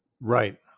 Right